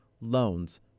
loans